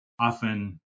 often